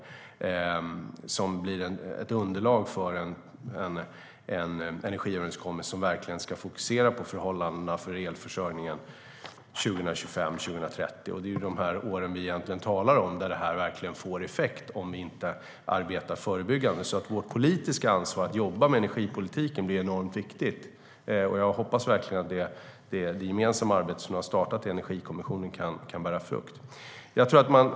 Det blir underlag för en energiöverenskommelse som ska fokusera på förhållandena för elförsörjningen 2025-2030. Det är de åren vi egentligen talar om. Det är då det verkligen får effekt om vi inte arbetar förebyggande. Vårt politiska ansvar att jobba med energipolitiken blir oerhört viktigt. Jag hoppas därför att det gemensamma arbetet i Energikommissionen kan bära frukt.